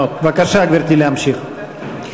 בבקשה, גברתי, להמשיך.